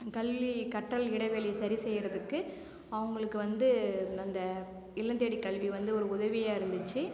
கல்வி கற்றல் இடைவெளி சரி செய்யறதுக்கு அவங்களுக்கு வந்து அந்த இல்லம் தேடி கல்வி வந்து ஒரு உதவியாக இருந்துச்சு